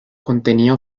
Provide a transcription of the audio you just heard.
contenía